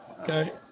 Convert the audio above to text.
Okay